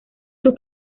sus